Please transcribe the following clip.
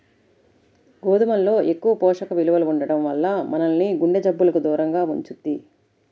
గోధుమల్లో ఎక్కువ పోషక విలువలు ఉండటం వల్ల మనల్ని గుండె జబ్బులకు దూరంగా ఉంచుద్ది